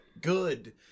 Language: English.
good